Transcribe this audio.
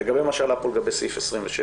לגבי מה שעלה פה לגבי סעיף 27,